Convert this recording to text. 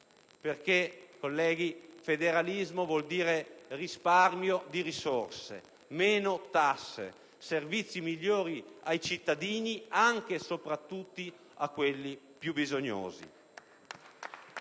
Perché, colleghi, federalismo vuol dire risparmio di risorse, meno tasse, servizi migliori ai cittadini, anche e soprattutto a quelli più bisognosi